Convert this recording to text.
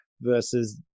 versus